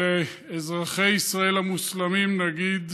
לאזרחי ישראל המוסלמים נגיד: